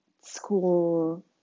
school